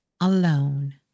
alone